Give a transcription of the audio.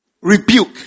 rebuke